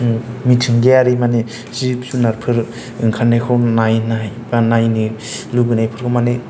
मिथिंगायारि मानि जिब जुनारफोर ओंखारनायखौ नायनाय एबा नायनो लुबैनायफोरखौ माने